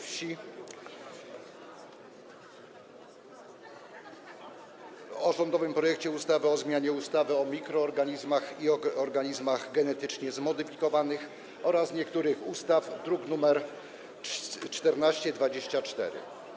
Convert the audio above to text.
Wsi o rządowym projekcie ustawy o zmianie ustawy o mikroorganizmach i organizmach genetycznie zmodyfikowanych oraz niektórych innych ustaw, druk nr 1424.